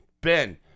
Ben